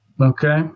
okay